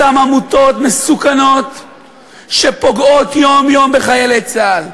אותן עמותות מסוכנות שפוגעות יום-יום בחיילי צה"ל,